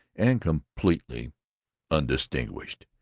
and completely undistinguished.